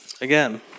again